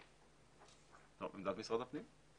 מה עמדת משרד הפנים?